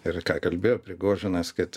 ir ką kalbėjo prigožinas kad